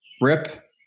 Rip